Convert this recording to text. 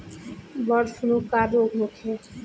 Bird flu का रोग होखे?